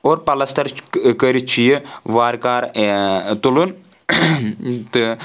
اور پَلستَر کٔرِتھ چھُ یہِ وارٕ کار تُلُن تہٕ